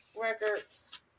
records